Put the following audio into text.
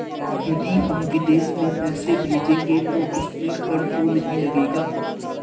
यदि हम विदेश में पैसे भेजेंगे तो उसमें कर तो नहीं लगेगा?